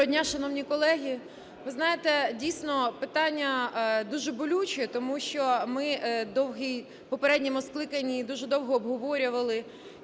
Доброго дня, шановні колеги, ви знаєте, дійсно, питання дуже болюче, тому що ми довгий... в попередньому скликанні дуже довго обговорювали